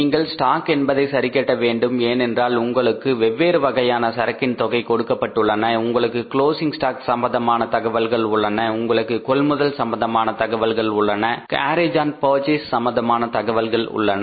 நீங்கள் ஸ்டாக் என்பதை சரிகட்ட வேண்டும் ஏனென்றால் உங்களுக்கு வெவ்வேறு வகைகள் சரக்கின் தொகை கொடுக்கபட்டுள்ளன உங்களுக்கு க்ளோஸிங் ஸ்டாக் சம்பந்தமான தகவல்கள் உள்ளன உங்களுக்கு கொள்முதல் சம்பந்தமான தகவல்கள் உள்ளன கேரேஜ் ஆன் பர்ச்சேஸ் சம்பந்தமான தகவல்கள் உள்ளன